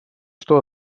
что